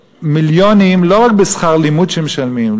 מיליונים לא רק בשכר לימוד שהם משלמים,